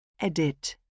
Edit